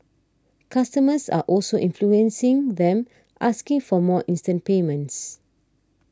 customers are also influencing them asking for more instant payments